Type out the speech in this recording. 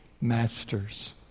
Masters